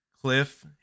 Cliff